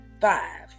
Five